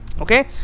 Okay